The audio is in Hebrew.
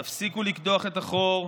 תפסיקו לקדוח את החור.